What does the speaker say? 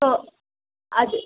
ஓ அது